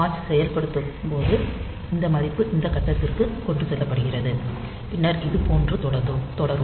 watch செயல்படுத்தப்படும் போது இந்த மதிப்பு இந்த கட்டத்திற்கு கொண்டு செல்லப்படுகிறது பின்னர் இது போன்று தொடரும்